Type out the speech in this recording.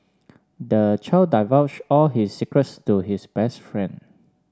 the child divulged all his secrets to his best friend